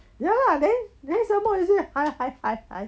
ya then then some more you say hi hi hi hi